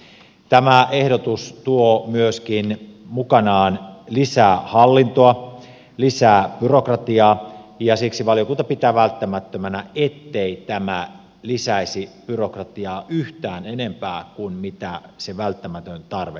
tämä ehdotus tuo mukanaan myöskin lisää hallintoa lisää byrokratiaa ja siksi valiokunta pitää välttämättömänä ettei tämä lisäisi byrokratiaa yhtään enempää kuin mikä se välttämätön tarve on